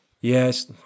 Yes